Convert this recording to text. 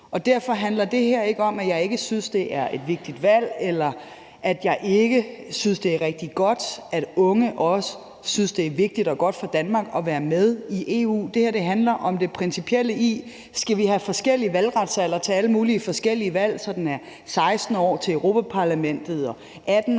Derfor handler det her ikke om, at jeg ikke synes, det er et vigtigt valg, eller at jeg ikke synes, det er rigtig godt, at unge også synes, det er vigtigt og godt for Danmark at være med i EU. Men det handler om det principielle i, om vi skal have forskellige valgretsaldre til alle mulige forskellige valg, så den er 16 år til europaparlamentsvalget og 18 år